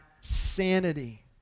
sanity